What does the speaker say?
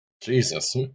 Jesus